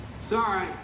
Sorry